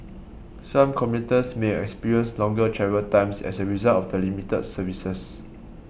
some commuters may experience longer travel times as a result of the limited services